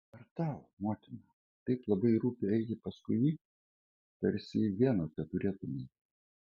ar tau motina taip labai rūpi eiti paskui jį tarsi jį vieną teturėtumei